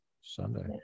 Sunday